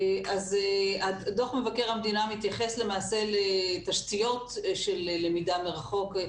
דו"ח מבקר המדינה מתייחס לתשתיות של למידה מרחוק,